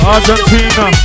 Argentina